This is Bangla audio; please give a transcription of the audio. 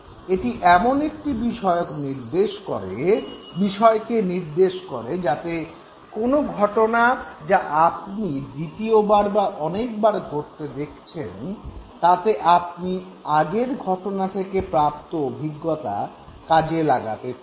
এটি এমন একটি বিষয়কে নির্দেশ করে যাতে কোনো ঘটনা যা আপনি দ্বিতীয়বার বা অনেকবার ঘটতে দেখছেন তাতে আপনি আগের ঘটনা থেকে প্রাপ্ত অভিজ্ঞতা কাজে লাগাতে পারেন